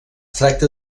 tracta